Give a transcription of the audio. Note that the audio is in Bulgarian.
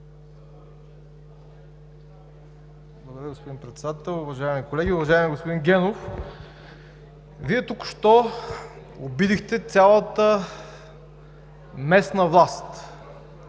Благодаря, господин Председател. Уважаеми колеги, уважаеми господин Генов! Вие току-що обидихте цялата местна власт.